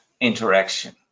interaction